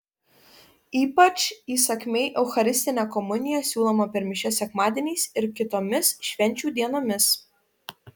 ypač įsakmiai eucharistinė komunija siūloma per mišias sekmadieniais ir kitomis švenčių dienomis